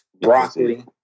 broccoli